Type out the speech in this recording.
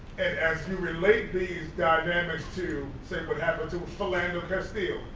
and as you relate these dynamics to say, what happened to philando castile,